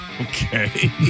Okay